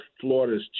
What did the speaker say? Florida's